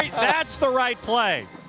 that's the right play.